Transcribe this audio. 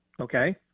okay